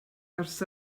ers